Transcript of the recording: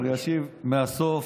אני אשיב מהסוף.